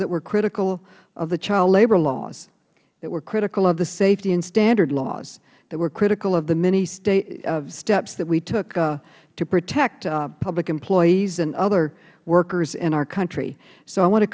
that were critical of the child labor laws that were critical of the safety and standards laws and that were critical of the many steps that we took to protect public employees and other workers in our country so i want to